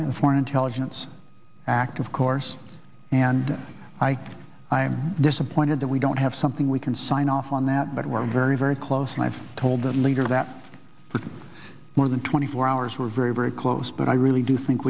and the foreign intelligence act of course and i i am disappointed that we don't have something we can sign off on that but we're very very close and i've told the leader that with more than twenty four hours we're very very close but i really do think